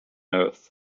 earth